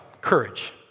courage